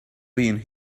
being